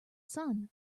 sun